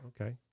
Okay